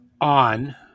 on